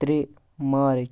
ترٛےٚ مارٕچ